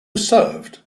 served